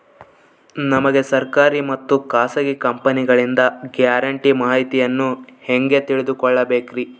ನಮಗೆ ಸರ್ಕಾರಿ ಮತ್ತು ಖಾಸಗಿ ಕಂಪನಿಗಳಿಂದ ಗ್ಯಾರಂಟಿ ಮಾಹಿತಿಯನ್ನು ಹೆಂಗೆ ತಿಳಿದುಕೊಳ್ಳಬೇಕ್ರಿ?